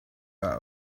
out